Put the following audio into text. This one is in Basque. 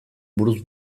buruz